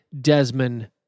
Desmond